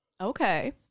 Okay